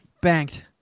Banked